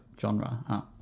genre